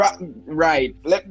Right